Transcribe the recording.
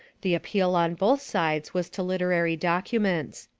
the appeal on both sides was to literary documents.